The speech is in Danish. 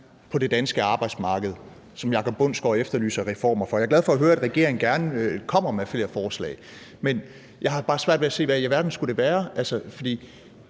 på det danske arbejdsmarked, som Jacob Bundsgaard efterlyser reformer af. Jeg er glad for høre, at regeringen gerne kommer med flere forslag, men jeg har bare svært ved at se, hvad i alverden det skulle være.